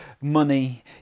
money